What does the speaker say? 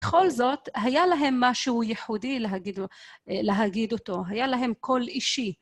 בכל זאת, היה להם משהו ייחודי להגיד אותו, היה להם קול אישי.